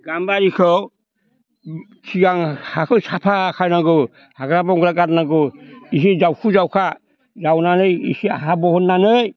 गामबारिखौ सिगां हाखौ साफा खालामनांगौ हाग्रा बंग्रा गारनांगौ एसे जावखु जावखा जावनानै एसे हा बहननानै